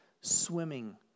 swimming